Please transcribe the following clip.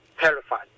terrified